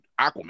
Aquaman